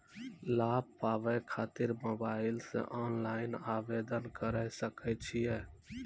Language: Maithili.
लाभ पाबय खातिर मोबाइल से ऑनलाइन आवेदन करें सकय छियै?